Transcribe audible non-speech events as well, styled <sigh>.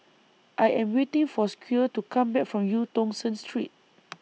I Am waiting For Squire to Come Back from EU Tong Sen Street <noise>